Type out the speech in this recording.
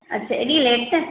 अच्छा एॾी लेट